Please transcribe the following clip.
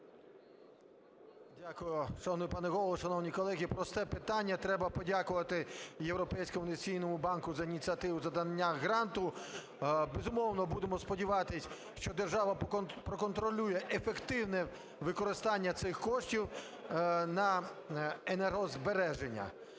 Дякую. Шановний пане Голово, шановні колеги, просте питання. Треба подякувати Європейському інвестиційному банку за ініціативу за надання гранту. Безумовно, будемо сподіватись, що держава проконтролює ефективне використання цих коштів на енергозбереження.